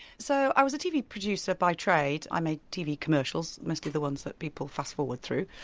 so i was a tv producer by trade, i made tv commercials, mostly the ones that people fast forward through.